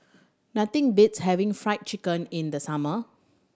nothing beats having Fry Chicken in the summer